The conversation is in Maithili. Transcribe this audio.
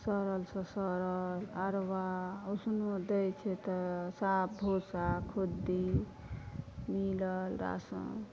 सड़ल से सड़ल अरबा उसनो दै छै तऽ साफ भूसा खुद्दी मिलल राशन